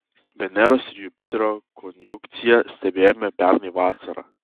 veneros ir jupiterio konjunkciją stebėjome pernai vasarą